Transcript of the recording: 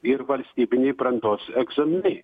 ir valstybiniai brandos egzaminai